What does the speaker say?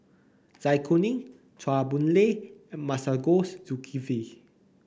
Zai Kuning Chua Boon Lay and Masagos Zulkifli